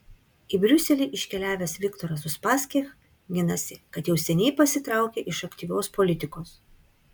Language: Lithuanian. į briuselį iškeliavęs viktoras uspaskich ginasi kad jau seniai pasitraukė iš aktyvios politikos